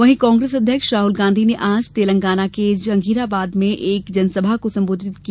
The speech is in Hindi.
वहीं कांग्रेस अध्यक्ष राहुल गांधी ने आज तेलंगाना के जहीराबाद में एक जनसभा को संबोधित किया